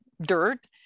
dirt